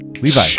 Levi